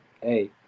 hey